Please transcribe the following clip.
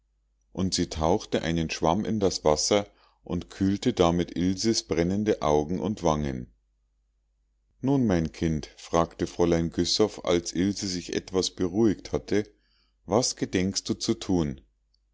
und sie tauchte einen schwamm in das wasser und kühlte damit ilses brennende augen und wangen nun mein kind fragte fräulein güssow als ilse sich etwas beruhigt hatte was gedenkst du zu thun